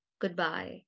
goodbye